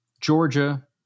Georgia